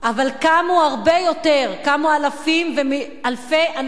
אבל קמו הרבה יותר, קמו אלפים, אלפי אנשים